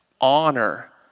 Honor